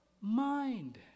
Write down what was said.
mind